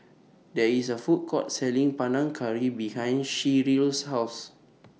There IS A Food Court Selling Panang Curry behind Sheryl's House